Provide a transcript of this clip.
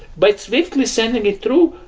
by swiftly sending it through,